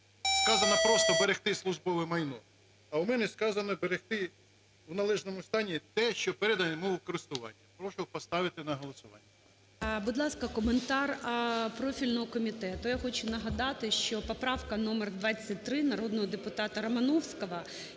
сказано просто: берегти службове майно. А у мене сказано: берегти в належному стані те, що передано йому у користування. Прошу поставити на голосування. ГОЛОВУЮЧИЙ. Будь ласка, коментар профільного комітету. Я хочу нагадати, що поправка номер 23 народного депутатаРомановського,